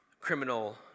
criminal